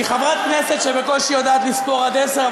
מחברת כנסת שבקושי יודעת לספור עד עשר,